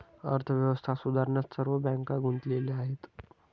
अर्थव्यवस्था सुधारण्यात सर्व बँका गुंतलेल्या आहेत